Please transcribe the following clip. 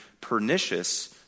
pernicious